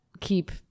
keep